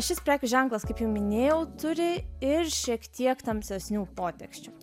šis prekių ženklas kaip jau minėjau turi ir šiek tiek tamsesnių poteksčių